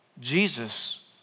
Jesus